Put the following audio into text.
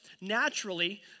naturally